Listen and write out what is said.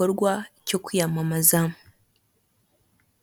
we urasokoje.